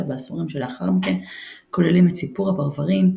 בעשורים שלאחר מכן כוללים את "סיפור הפרברים",